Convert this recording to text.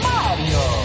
Mario